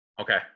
Okay